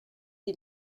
die